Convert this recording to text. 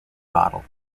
bottle